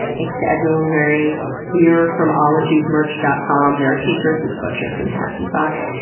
thanks to everyone wearing gear from ologiesmerch dot com. there are t-shirts, and sweatshirts, and hats, and socks.